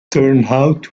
turnhout